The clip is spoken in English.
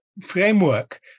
framework